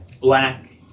black